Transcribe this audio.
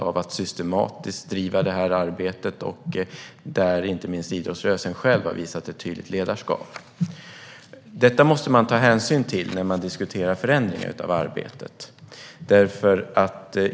Arbetet har drivits systematiskt. Inte minst idrottsrörelsen själv har visat tydligt ledarskap. Detta måste man ta hänsyn till när man diskuterar förändringar av arbetet.